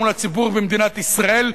מול הציבור במדינת ישראל,